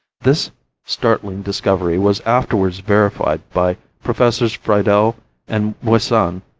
this startling discovery was afterwards verified by professors friedel and moissan,